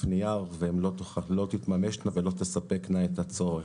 נייר והן לא תתממשנה ולא תספקנה את הצורך.